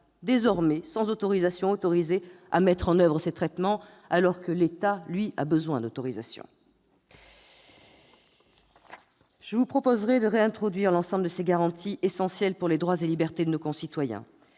morales désormais autorisées à mettre en oeuvre ces traitements, alors que l'État, lui, a besoin d'autorisation. Je vous proposerai de réintroduire l'ensemble de ces garanties essentielles pour les droits et libertés de nos concitoyens.